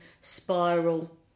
spiral